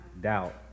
doubt